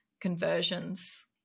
conversions